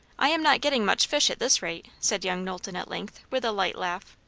i am not getting much fish at this rate, said young knowlton at length with a light laugh.